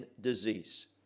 disease